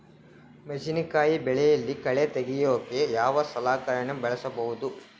ಮೆಣಸಿನಕಾಯಿ ಬೆಳೆಯಲ್ಲಿ ಕಳೆ ತೆಗಿಯೋಕೆ ಯಾವ ಸಲಕರಣೆ ಬಳಸಬಹುದು?